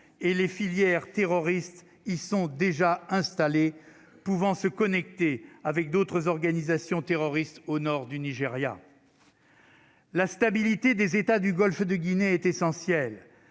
et les filières terroristes, ils sont déjà installés, pouvant se connecter avec d'autres organisations terroristes au nord du Nigeria. La stabilité des États du Golfe de Guinée est essentiel,